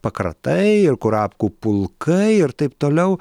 pakratai ir kurapkų pulkai ir taip toliau